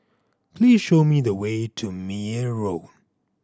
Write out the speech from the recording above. please show me the way to Meyer Road